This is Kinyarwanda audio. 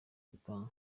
gutaha